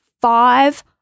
five